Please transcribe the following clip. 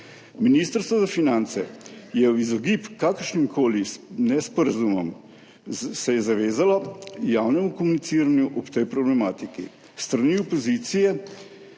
Ministrstvo za finance se je v izogib kakršnimkoli nesporazumom zavezalo javnemu komuniciranju o tej problematiki. S strani opozicije